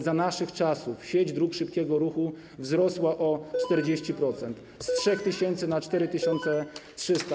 Za naszych czasów sieć dróg szybkiego ruchu wzrosła o 40%, z 3 tys. do 4300.